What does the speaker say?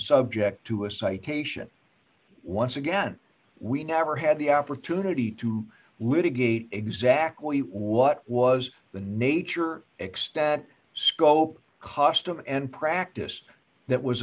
subject to a citation once again we never had the opportunity to litigate exactly what was the nature extent scope custom and practice that was